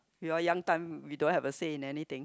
we all young time we don't have a say in anything